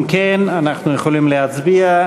אם כן, אנחנו יכולים להצביע.